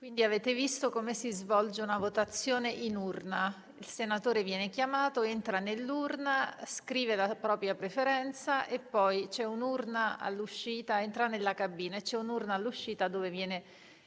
appena visto come si svolge una votazione in urna. Il senatore viene chiamato, entra in cabina e scrive la propria preferenza. Vi è un'urna all'uscita, dove viene inserita